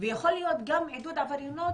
ויכול להיות גם עידוד עבריינות,